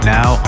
Now